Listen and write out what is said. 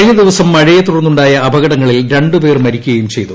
കഴിഞ്ഞ ദിവസം മഴയെത്തുടർന്നൂണ്ടായ് അപകടങ്ങളിൽ രണ്ടുപേർ മരിക്കുകയും ചെയ്തു